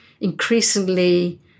Increasingly